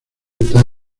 está